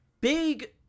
big